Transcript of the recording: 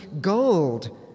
gold